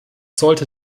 sollte